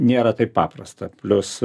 nėra taip paprasta plius